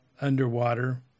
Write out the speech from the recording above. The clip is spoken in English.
underwater